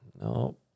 no